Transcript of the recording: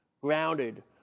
grounded